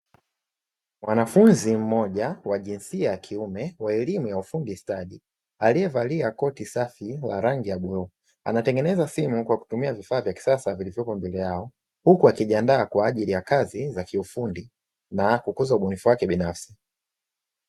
Mwanafunzi mmoja wa jinsia ya kiume wa elimu ya ufundi wa stadi, aliyevalia koti safi la rangi ya bluu, anatengeneza simu kwa kutumia vifaa vya kisasa vilivyopo mbele yao, huku akijiandaa kwa ajili ya kazi za kiufundi na kukosa ubunifu wake binafsi.